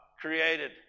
created